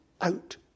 out